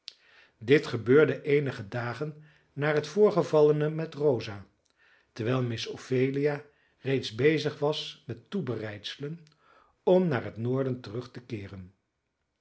dit gebeurde eenige dagen na het voorgevallene met rosa terwijl miss ophelia reeds bezig was met toebereidselen om naar het noorden terug te keeren